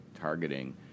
targeting